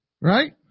Right